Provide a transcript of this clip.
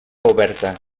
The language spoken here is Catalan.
oberta